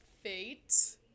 fate